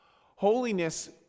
Holiness